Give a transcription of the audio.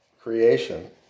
creation